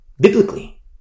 Biblically